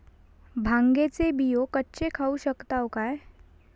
भांगे चे बियो कच्चे खाऊ शकताव काय?